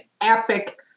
epic